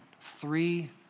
three